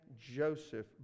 Joseph